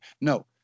No